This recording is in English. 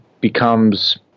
becomes